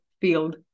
field